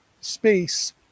space